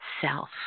self